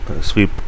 sweep